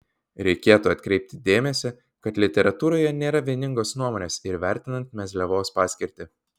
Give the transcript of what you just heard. reikėtų atkreipti dėmesį kad literatūroje nėra vieningos nuomonės ir vertinant mezliavos paskirtį